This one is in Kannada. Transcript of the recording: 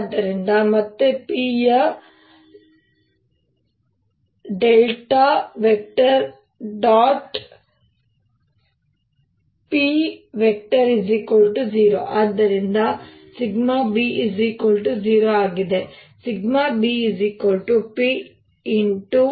ಆದ್ದರಿಂದ ಮತ್ತೆ P ಯ P 0 ಆಗಿದೆ ಆದ್ದರಿಂದ b 0 ಆಗಿದೆ ಆದರೆ b p